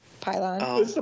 Pylon